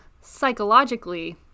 psychologically